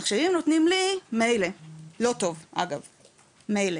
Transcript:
עכשיו, אם הם נותנים לי, מילא, לא טוב אגב, מילא.